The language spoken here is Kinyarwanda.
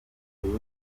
rayon